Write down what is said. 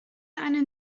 eine